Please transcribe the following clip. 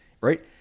right